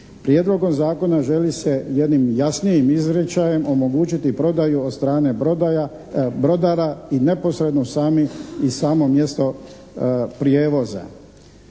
Prijedlogom zakona želi se jednim jasnijim izričajem omogućiti prodaju od strane brodova i neposredno samo mjesto prijevoza.